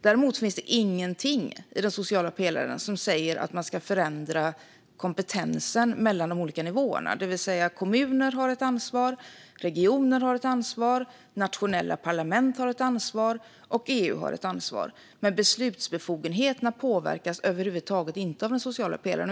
Däremot finns det ingenting i den sociala pelaren som säger att man ska förändra kompetensen mellan de olika nivåerna. Kommuner har ett ansvar, regioner har ett ansvar, nationella parlament har ett ansvar och EU har ett ansvar, men beslutsbefogenheterna påverkas över huvud taget inte av den sociala pelaren.